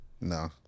No